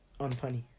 unfunny